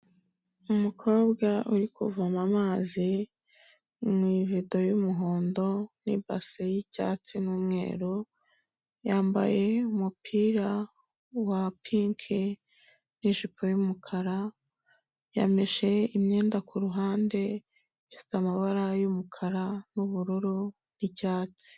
Umukobwa uri kuvoma amazi mu ivido y'umuhondo ni base y'icyatsi n'umweru, yambaye umupira wa pinki n'ijipo y'umukara, yameshe imyenda ku ruhande ifite amabara y'umukara n'ubururu n'icyatsi.